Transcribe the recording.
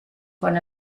quan